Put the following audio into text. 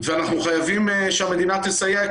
אנחנו חייבים שהמדינה תסייע,